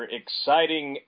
exciting